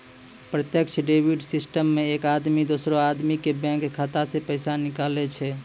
प्रत्यक्ष debit system मे एक आदमी दोसरो आदमी के बैंक खाता से पैसा निकाले छै